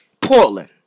Portland